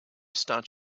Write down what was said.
start